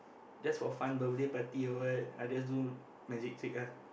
just for fun birthday party or what I just do magic trick ah